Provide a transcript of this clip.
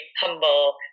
humble